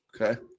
Okay